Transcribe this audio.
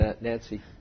Nancy